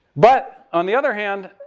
but on the other hand,